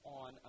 on